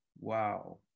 Wow